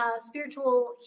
spiritual